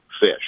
fish